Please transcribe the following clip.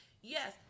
Yes